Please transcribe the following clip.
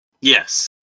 Yes